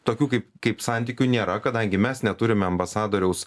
tokių kaip kaip santykių nėra kadangi mes neturime ambasadoriaus